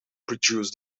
produce